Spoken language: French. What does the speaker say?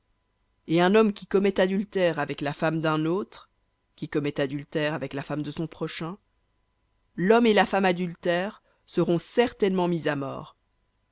et un homme qui commet adultère avec la femme d'un autre qui commet adultère avec la femme de son prochain l'homme et la femme adultères seront certainement mis à mort